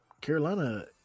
Carolina